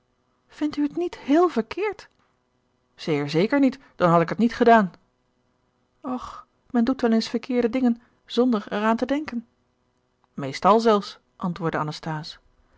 vindt u het niet heel verkeerd zeer zeker niet dan had ik het niet gedaan och men doet wel eens verkeerde dingen zonder er aan te denken meestal zelfs antwoordde anasthase